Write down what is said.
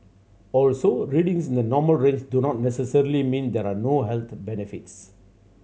also readings in the normal range do not necessarily mean there are no health benefits